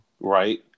Right